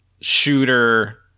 shooter